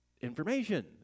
information